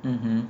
mmhmm